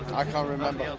i can't remember.